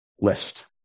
list